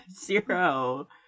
zero